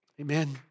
Amen